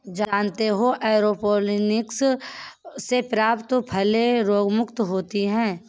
जानते हो एयरोपोनिक्स से प्राप्त फलें रोगमुक्त होती हैं